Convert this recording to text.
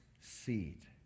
seed